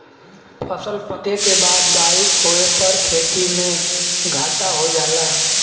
फसल पके के बाद बारिस होए पर खेती में घाटा हो जाला